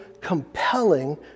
compelling